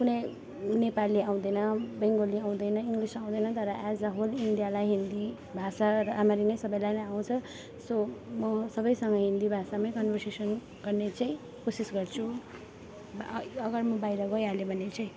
कुनै नेपाली आउँदैन बेङ्गाली आउँदैन इङ्गलिस आउँदैन तर एज अ होल इन्डियालाई हिन्दी भाषा राम्ररी नै सबैलाई नै आउँछ सो म सबैसँग हिन्दी भाषामै कन्भर्सेसन गर्ने चाहिँ कोसिस गर्छु अगर म बाहिर गइहाले भने चाहिँ